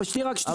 רק שתשמע.